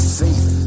faith